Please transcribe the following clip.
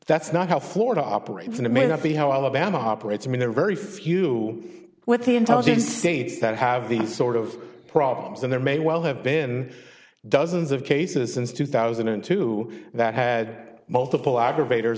that's not how florida operates and it may not be how alabama operates i mean there are very few within times in states that have these sort of problems and there may well have been dozens of cases since two thousand and two that had multiple aggravat